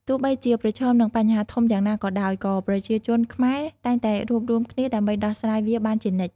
ទោះបីជាប្រឈមនឹងបញ្ហាធំយ៉ាងណាក៏ដោយ ក៏ប្រជាជនខ្មែរតែងតែរួបរួមគ្នាដើម្បីដោះស្រាយវាបានជានិច្ច។